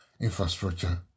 infrastructure